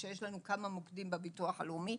שיש לנו כמה מוקדים בביטוח הלאומי,